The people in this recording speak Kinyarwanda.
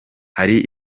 hari